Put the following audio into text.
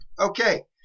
Okay